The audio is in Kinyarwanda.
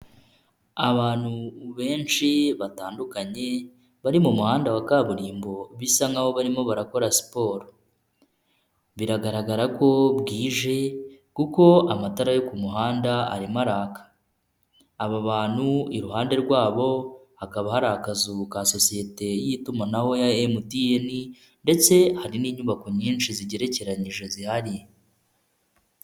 Abantu benshi batandukanye bari mu muhanda wa kaburimbo bisa nk'aho barimo barakora siporo, biragaragara ko bwije kuko amatara yo ku muhanda arimo araka. Aba bantu iruhande rwabo hakaba hari akazu ka sosiyete y'itumanaho emutiyeni, ndetse hari n'inyubako nyinshi zigerekeranyije zihari.